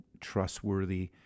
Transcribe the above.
trustworthy